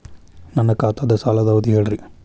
ನನ್ನ ಖಾತಾದ್ದ ಸಾಲದ್ ಅವಧಿ ಹೇಳ್ರಿ